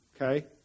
okay